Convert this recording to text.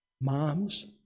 moms